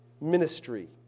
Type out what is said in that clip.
ministry